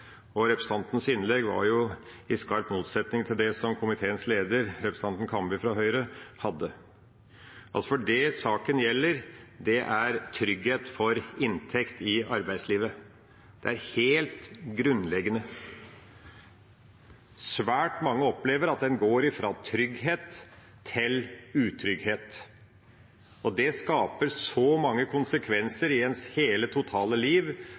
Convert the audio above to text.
Representantens innlegg stod i skarp motsetning til det komiteens leder, representanten Kambe fra Høyre, hadde. Det saken gjelder, er trygghet for inntekt i arbeidslivet. Det er helt grunnleggende. Svært mange opplever at en går fra trygghet til utrygghet. Det skaper så mange konsekvenser i hele ens liv